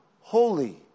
Holy